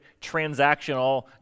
transactional